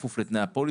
בכפוף לתנאי הפוליסה.